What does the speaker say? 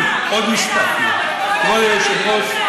אני נותנת לו חמש דקות משלי.